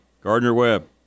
Gardner-Webb